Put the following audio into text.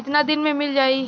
कितना दिन में मील जाई?